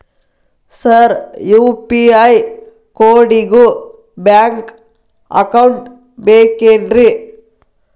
Sir UPI ಕೋಡಿಗೂ bank account ಬೇಕೆನ್ರಿ?